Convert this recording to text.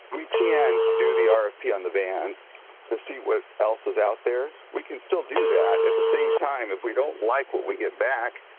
we can't do the ah rfp yeah on the vans to see what else is out there, we can still do that, at the same time, if we don't like what we get back,